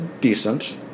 decent